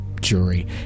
jury